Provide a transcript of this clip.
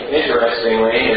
interestingly